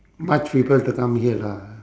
much people to come here lah